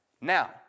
now